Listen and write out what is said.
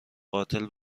قاتل